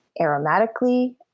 aromatically